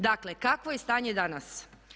Dakle, kakvo je stanje danas.